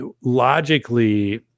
logically